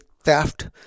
theft